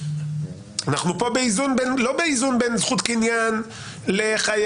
אנחנו פה באיזון לא באיזון בין זכות קניין לחייב,